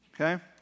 Okay